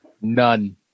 None